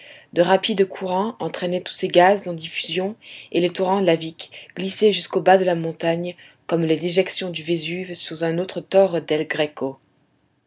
de rapides courants entraînaient tous ces gaz en diffusion et les torrents laviques glissaient jusqu'au bas de la montagne comme les déjections du vésuve sur un autre torre del greco